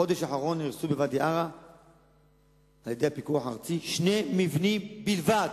בחודש האחרון נהרסו בוואדי-עארה על-ידי הפיקוח הארצי שני מבנים בלבד,